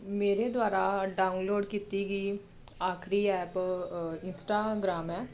ਮੇਰੇ ਦੁਆਰਾ ਡਾਊਨਲੋਡ ਕੀਤੀ ਗਈ ਆਖਰੀ ਐਪ ਇੰਸਟਾਗਰਾਮ ਹੈ